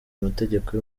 amategeko